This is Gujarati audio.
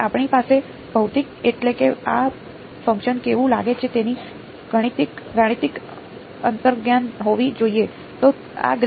તેથી આપણી પાસે ભૌતિક એટલે કે આ ફંક્શન કેવું લાગે છે તેની ગાણિતિક અંતર્જ્ઞાન હોવી જોઈએ